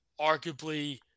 arguably